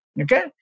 okay